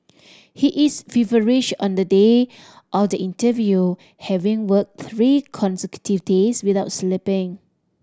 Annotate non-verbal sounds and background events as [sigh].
[noise] he is feverish on the day of the interview having worked three consecutive days without sleeping